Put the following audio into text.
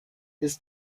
his